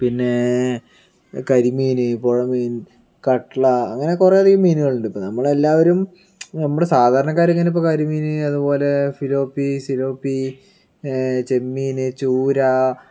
പിന്നെ കരിമീന് പുഴ മീൻ കട്ട്ള അങ്ങനെ കുറെ അധികം മീനുകളുണ്ട് ഇപ്പോൾ നമ്മളെല്ലാവരും നമ്മള് സാധാരണക്കാരിങ്ങനെ കരിമീന് അതുപോലെ ഫിലോപ്പി സിലോപ്പി ചെമ്മീന് ചൂര